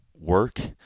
work